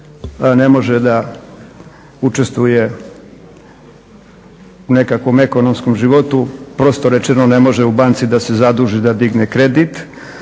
ne može da učestvuje u nekakvom ekonomskom životu, prosto rečeno ne može u banci da se zaduži da digne kredit,